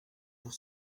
pour